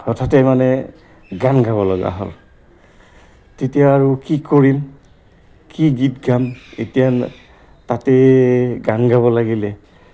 হঠাতে মানে গান গাব লগা হ'ল তেতিয়া আৰু কি কৰিম কি গীত গাম এতিয়া তাতেই গান গাব লাগিলে